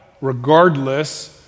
regardless